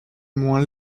moins